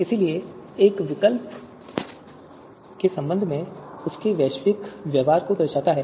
इसलिए एक विकल्प के योग्यता स्कोर को एक ऐसे स्कोर के रूप में परिभाषित किया जाता है जो अन्य विकल्पों के संबंध में उसके वैश्विक व्यवहार को दर्शाता है